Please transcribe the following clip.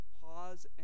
pause